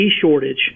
shortage